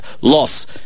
loss